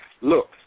look